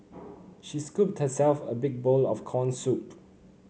she scooped herself a big bowl of corn soup